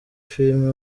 filime